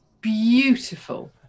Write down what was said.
beautiful